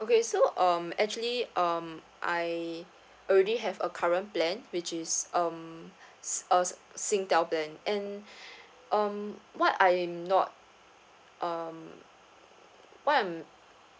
okay so um actually um I already have a current plan which is um s~ uh Singtel plan and um what I'm not um what I'm